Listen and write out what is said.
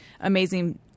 amazing